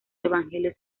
evangelios